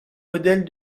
modèles